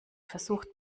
versucht